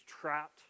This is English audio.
trapped